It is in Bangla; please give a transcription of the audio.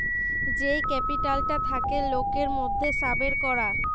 যেই ক্যাপিটালটা থাকে লোকের মধ্যে সাবের করা